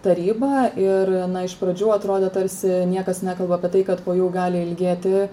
taryba ir na iš pradžių atrodė tarsi niekas nekalba apie tai kad po jų gali ilgėti